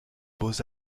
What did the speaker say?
beaux